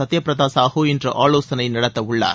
சத்தியபிரதா சாகூ இன்று ஆலோசனை நடத்தவுள்ளார்